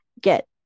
get